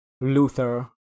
Luther